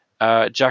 Jack